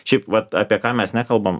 šiaip vat apie ką mes nekalbam